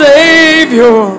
Savior